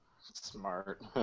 smart